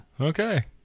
Okay